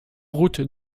route